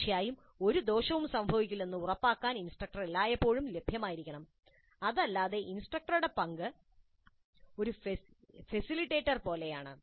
തീർച്ചയായും ഒരു ദോഷവും സംഭവിക്കുന്നില്ലെന്ന് ഉറപ്പാക്കാൻ ഇൻസ്ട്രക്ടർ എല്ലായ്പ്പോഴും ലഭ്യമായിരിക്കണം അതല്ലാതെ ഇൻസ്ട്രക്ടറുടെ പങ്ക് ഒരു ഫെസിലിറ്റേറ്റർ പോലെയാണ്